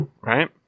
right